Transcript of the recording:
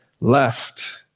left